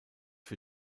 für